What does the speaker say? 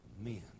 men